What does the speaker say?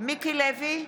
מיקי לוי,